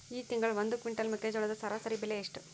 ಈ ತಿಂಗಳ ಒಂದು ಕ್ವಿಂಟಾಲ್ ಮೆಕ್ಕೆಜೋಳದ ಸರಾಸರಿ ಬೆಲೆ ಎಷ್ಟು?